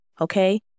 Okay